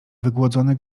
wygłodzony